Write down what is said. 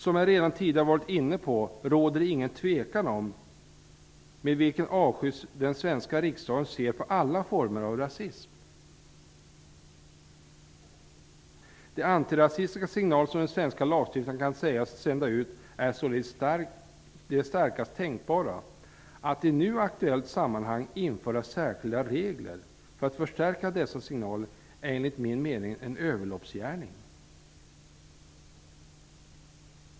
Som jag redan tidigare varit inne på råder det ingen tvekan om med vilken avsky den svenska riksdagen ser på alla former av rasism. De antirasistiska signaler som den svenska lagstiftaren kan sägas sända ut är således de starkast tänkbara. Att i nu aktuellt sammanhang införa särskilda regler för att förstärka dessa signaler är enligt min mening en överloppsgärning.''